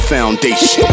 Foundation